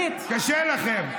קשה לכם.